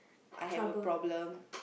I have a problem